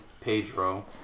Pedro